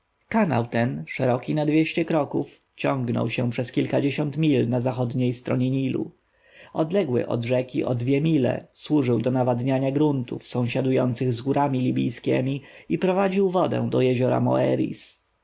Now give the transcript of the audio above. ten szeroki na dwieście kroków ciągnął się przez kilkadziesiąt mil na zachodniej stronie nilu odległy od rzeki o dwie mile służył do nawadniania gruntów sąsiadujących z górami libijskiemi i prowadził wodę do jeziora